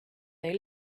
they